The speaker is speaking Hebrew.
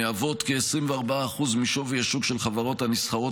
הן מהוות כ-24% משווי השוק של החברות הנסחרות